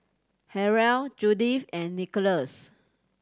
Harrell Judyth and Nicolas